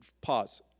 Pause